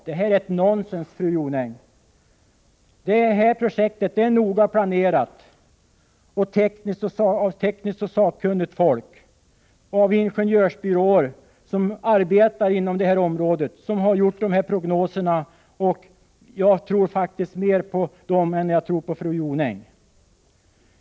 Det är nonsens, fru Jonäng. Projektet är noga planerat av tekniskt och sakkunnigt folk på ingenjörsbyråer som arbetar inom detta område. De har gjort prognoserna. Jag tror faktiskt mera på dem än jag tror på fru Jonäng.